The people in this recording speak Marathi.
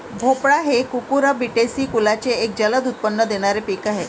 भोपळा हे कुकुरबिटेसी कुलाचे एक जलद उत्पन्न देणारे पीक आहे